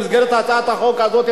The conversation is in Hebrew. במסגרת הצעת החוק הזאת,